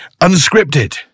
Unscripted